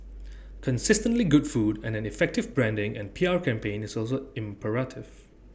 consistently good food and an effective branding and P R campaign is also imperative